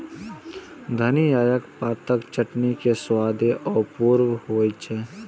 धनियाक पातक चटनी के स्वादे अपूर्व होइ छै